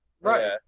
Right